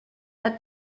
had